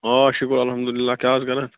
آ شُکُر الحمدُاللہ کیٛاہ حظ کَران